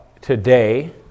today